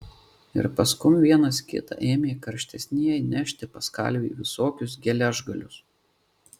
ir paskum vienas kitą ėmė karštesnieji nešti pas kalvį visokius geležgalius